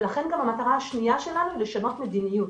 ולכן גם המטרה השנייה שלנו היא לשנות מדיניות,